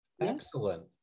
excellent